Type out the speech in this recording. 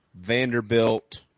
Vanderbilt